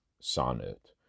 sonnet